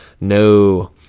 no